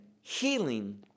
healing